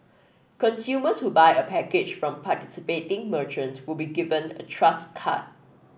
consumers who buy a package from participating merchant will be given a Trust card